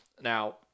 now